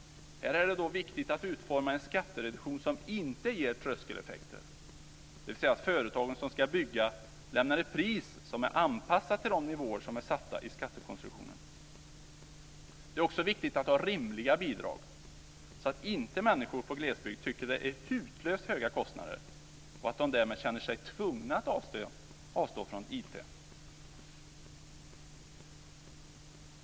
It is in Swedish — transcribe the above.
Här är det då viktigt att utforma en skattereduktion som inte ger tröskeleffekter, dvs. att företagen som ska bygga lämnar ett pris som är anpassat till de nivåer som är satta i skattekonstruktionen. Det är också viktigt att ha rimliga bidrag, så att inte människor i glesbygd tycker att det är hutlöst höga kostnader och därmed känner sig tvungna att avstå från IT.